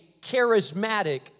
charismatic